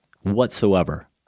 whatsoever